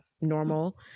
normal